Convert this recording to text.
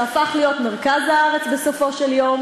שהפך להיות מרכז הארץ בסופו של דבר,